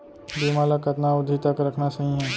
बीमा ल कतना अवधि तक रखना सही हे?